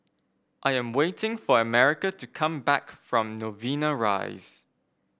I am waiting for America to come back from Novena Rise